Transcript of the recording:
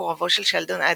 מקורבו של שלדון אדלסון.